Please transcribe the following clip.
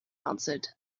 answered